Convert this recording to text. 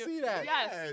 Yes